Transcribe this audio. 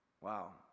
Wow